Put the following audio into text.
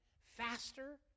faster